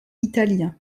italien